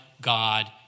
God